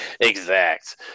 exact